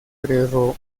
prerromana